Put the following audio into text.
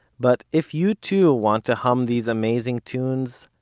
but if you too want to hum these amazing tunes,